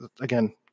again